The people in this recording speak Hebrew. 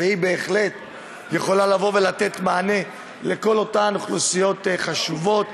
והוא בהחלט יכול לבוא ולתת מענה לכל אותן אוכלוסיות חשובות.